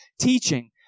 teaching